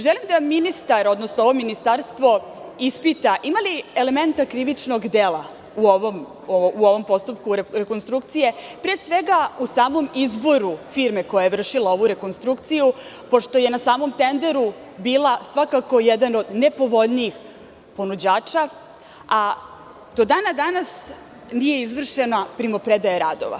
Želim da ministar, odnosno da ovo Ministarstvo ispita ima li elementa krivičnog dela u ovom postupku rekonstrukcije, pre svega u samom izboru firme koja je vršila ovu rekonstrukciju, pošto je na samom tenderu bila svakako jedan od nepovoljnijih ponuđača, a do dana današnjeg nije izvršena primopredaja radova.